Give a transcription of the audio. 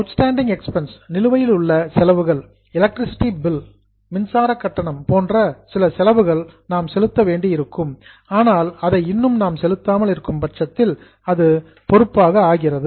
outstanding expenses நிலுவையிலுள்ள செலவுகள் electricity bill மின்சார கட்டணம் போன்ற சில செலவுகள் நாம் செலுத்த வேண்டியிருக்கும் ஆனால் அதை இன்னும் நாம் செலுத்தாமல் இருக்கும் பட்சத்தில் அது பொறுப்பாக ஆகிறது